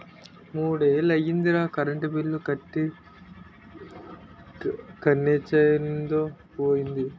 మూడ్నెల్లయ్యిందిరా current bill కట్టీ కనెచ్చనుందో పోయిందో